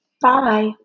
Bye